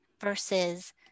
versus